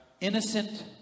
Innocent